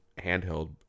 handheld